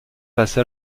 passe